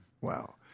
Wow